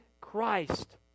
Christ